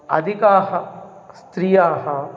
अधिकाः स्त्रियः